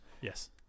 Yes